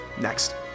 Next